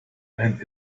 and